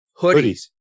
hoodies